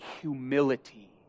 Humility